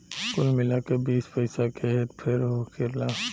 कुल मिला के बीस पइसा के हेर फेर होखेला